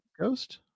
Ghost